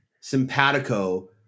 simpatico